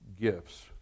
gifts